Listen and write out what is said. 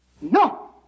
No